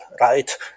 right